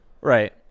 Right